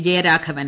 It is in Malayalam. വിജയരാഘവൻ